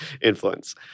influence